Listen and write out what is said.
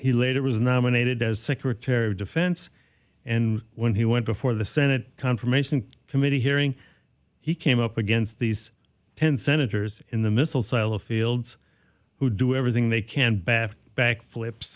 he later was nominated as secretary of defense and when he went before the senate confirmation committee hearing he came up against these ten senators in the missile silo fields who do everything they can bat backflips